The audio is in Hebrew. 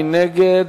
מי נגד?